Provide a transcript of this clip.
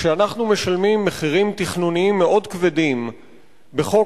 שאנחנו משלמים מחירים תכנוניים מאוד כבדים בחוק